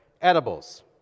edibles